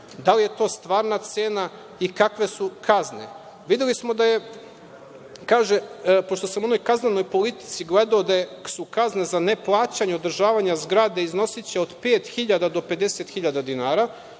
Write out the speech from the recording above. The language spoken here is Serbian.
da li je to stvarna cena i kakve su kazne? Pošto